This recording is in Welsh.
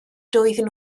doedden